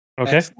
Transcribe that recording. Okay